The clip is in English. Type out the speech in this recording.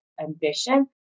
ambition